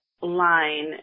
line